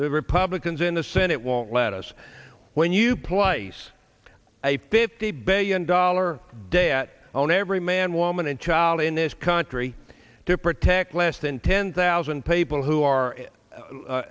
the republicans in the senate won't let us when you place a fifty billion dollar debt on every man woman and child in this country to protect less than ten thousand people who are